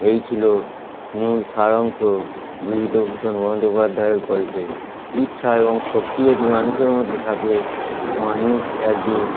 এই ছিল মূল সারাংশ বিভূতিভূষণ বন্দ্যোপাধ্যায়ের গল্পের ইচ্ছা এবং সত্যি যদি মানুষের মধ্যে থাকে মানুষ এক দিন